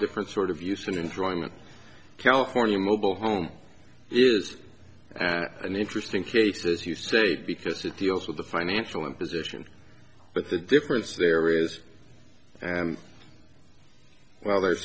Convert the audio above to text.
different sort of use and enjoyment california mobile home is an interesting case as you say because it deals with the financial imposition but the difference there is and well there's